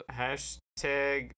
hashtag